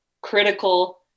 critical